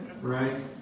Right